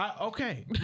Okay